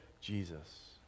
jesus